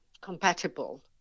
compatible